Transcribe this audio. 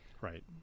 Right